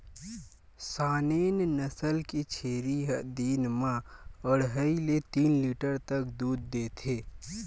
Saanen नसल के छेरी ह दिन म अड़हई ले तीन लीटर तक दूद देथे